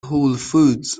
هولفودز